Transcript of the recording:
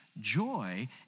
joy